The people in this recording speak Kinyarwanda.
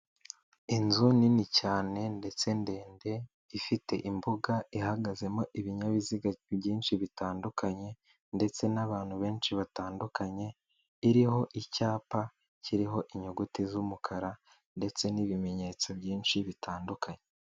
Inzu nini cyane ndetse ndende, ifite imbuga ihagazemo ibinyabiziga byinshi bitandukanye, ndetse n'abantu benshi batandukanye, iriho icyapa, kiriho inyuguti z'umukara, ndetse n'ibimenyetso byinshi bitandukanye.